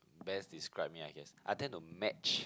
best describe me I guess I tend to match